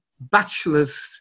Bachelors